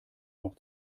noch